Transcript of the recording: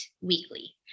weekly